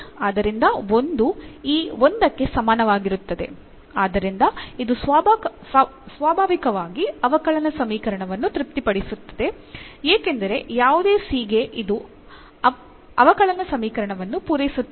ಆದ್ದರಿಂದ 1 ಈ 1 ಕ್ಕೆ ಸಮಾನವಾಗಿರುತ್ತದೆ ಆದ್ದರಿಂದ ಇದು ಸ್ವಾಭಾವಿಕವಾಗಿ ಅವಕಲನ ಸಮೀಕರಣವನ್ನು ತೃಪ್ತಿಪಡಿಸುತ್ತದೆ ಏಕೆಂದರೆ ಯಾವುದೇ c ಗೆ ಇದು ಅವಕಲನ ಸಮೀಕರಣವನ್ನು ಪೂರೈಸುತ್ತದೆ